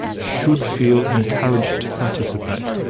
should feel encouraged to participate.